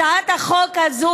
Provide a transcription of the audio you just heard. הצעת החוק הזאת,